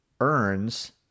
earns